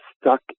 stuck